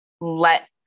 let